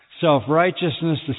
self-righteousness